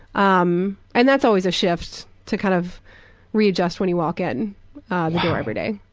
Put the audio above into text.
um and that's always a shift to kind of readjust when you walk in so every day.